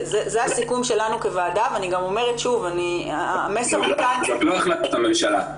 זה הסיכום שלנו כוועדה ואני גם אומרת שוב --- זאת לא החלטת הממשלה.